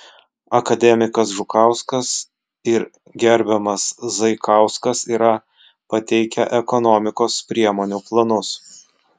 akademikas žukauskas ir gerbiamas zaikauskas yra pateikę ekonomikos priemonių planus